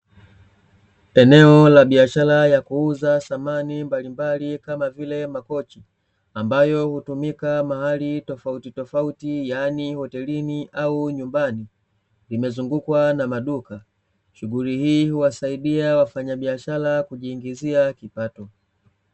Eneo la biashara ya kuuza samani mbalimbali kama vile makochi, ambayo hutumika mahali tofautitofauti, yaani hotelini au nyumbani. Imezungukwa na maduka. Shughuli hii huwasaidia wafanyabishara kujiingizia kipato.